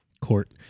Court